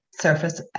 surface